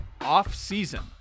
offseason